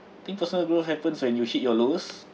I think personal growth happens when you hit your lowest